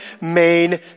main